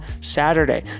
Saturday